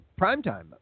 primetime